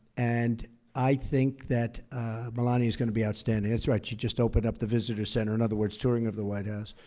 and i think that melania is going to be outstanding. that's right, she just opened up the visitors center in other words, touring of the white house.